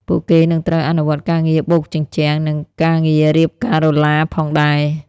ពួកគេនឹងត្រូវអនុវត្តការងារបូកជញ្ជាំងនិងការងាររៀបការ៉ូឡាផងដែរ។